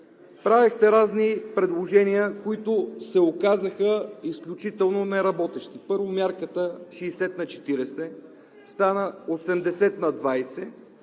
Правехте разни предложения, които се оказаха изключително неработещи: първо, мярката 60/40 стана 80/20.